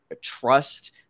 trust